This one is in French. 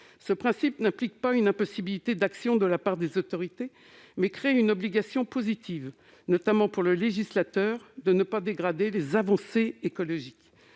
Ce principe n'implique pas une impossibilité d'agir de la part des autorités. Il crée au contraire une obligation positive, notamment pour le législateur, de ne pas dégrader les avancées écologiques.